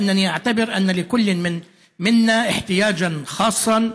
בגלל שאני חושב שלכל אחד מאיתנו יש צורך מיוחד,